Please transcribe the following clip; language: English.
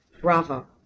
bravo